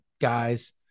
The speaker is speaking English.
guys